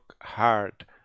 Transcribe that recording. hard